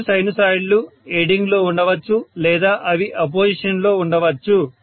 రెండు సైనోసైడ్లు ఎయిడింగ్ లో ఉండవచ్చు లేదా అవి అపోజిషన్ లో ఉండవచ్చు